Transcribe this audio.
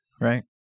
right